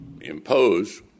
Impose